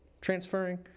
transferring